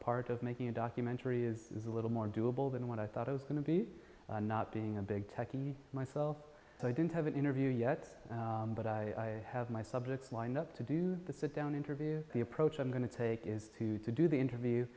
part of making a documentary is a little more doable than what i thought it was going to be not being a big techie myself so i didn't have an interview yet but i have my subject line up to do the sit down interview the approach i'm going to take is to to do the interview